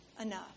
enough